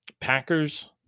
Packers